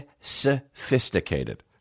Sophisticated